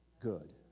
good